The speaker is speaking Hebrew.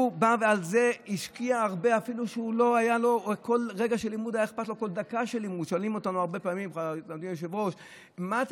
הוא השקיע הרבה, ומכל דקה של לימוד היה אכפת לו.